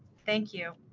thank you.